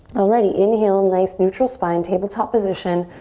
alrighty, inhale nice neutral spine, tabletop position.